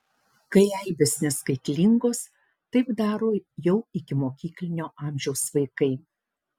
kai aibės neskaitlingos taip daro jau ikimokyklinio amžiaus vaikai